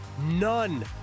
None